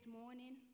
morning